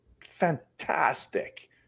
fantastic